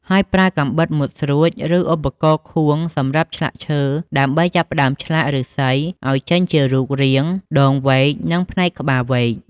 ហើយប្រើកាំបិតមុតស្រួច ឬឧបករណ៍ខួងសម្រាប់ឆ្លាក់ឈើដើម្បីចាប់ផ្តើមឆ្លាក់ឫស្សីឱ្យចេញជារូបរាងដងវែក និងផ្នែកក្បាលវែក។